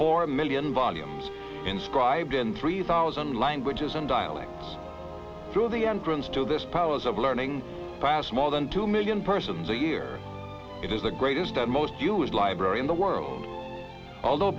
four million volumes inscribed in three thousand languages and dialects through the entrance to this powers of learning pass more than two million persons a year it is the greatest and most used library in the world although